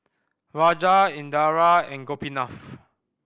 Raja Indira and Gopinath